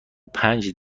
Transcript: پنج